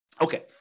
Okay